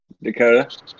Dakota